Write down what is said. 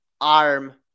arm